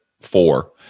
four